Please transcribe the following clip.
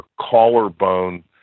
collarbone